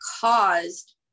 caused